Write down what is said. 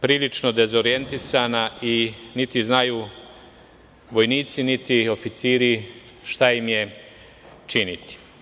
prilično dezorjentisana i niti znaju vojnici, niti oficiri šta im je činiti.